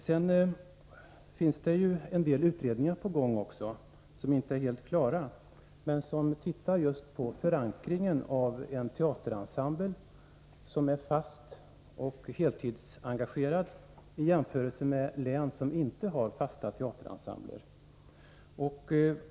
Det pågår en del utredningar som inte är helt klara och som undersöker förankringen hos en teaterensemble som är fast och heltidsengagerad och jämför län med sådana ensembler med län som inte har fasta teaterensembler.